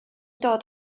dod